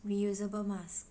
reusable mask